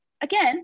again